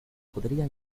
podría